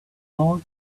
all